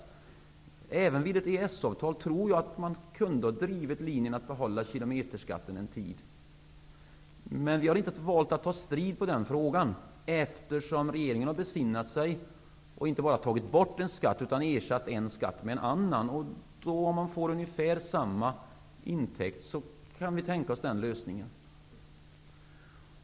Vid förhandlingarna av EES-avtalet kunde man, tror jag, ha drivit linjen att behålla kilometerskatten en tid. Men vi har inte valt att ta strid på den frågan, eftersom regeringen har besinnat sig och inte bara tagit bort en skatt utan ersatt en skatt med en annan. Om man får ungefär samma intäkt, kan vi tänka oss den lösningen.